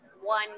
one